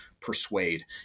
persuade